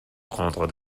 prendre